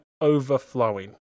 overflowing